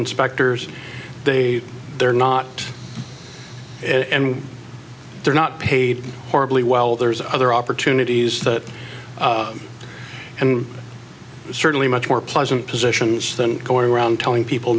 inspectors they they're not and they're not paid horribly well there's other opportunities that and certainly much more pleasant positions than go around telling people